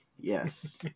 yes